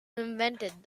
invented